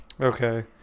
Okay